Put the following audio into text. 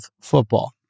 football